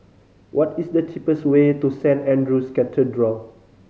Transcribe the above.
what is the cheapest way to Saint Andrew's Cathedral